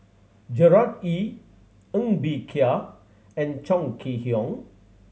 Gerard Ee Ng Bee Kia and Chong Kee Hiong